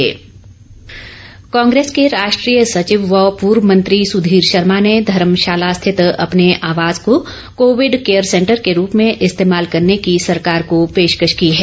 सुधीर शर्मा कांग्रेस के राष्ट्रीय सचिव व पूर्व मंत्री सुधीर शर्मा ने धर्मशाला स्थित अपने आवास को कोविड केयर सेंटर के रूप में इस्तेमाल करने की सरकार को पेशकश की है